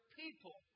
people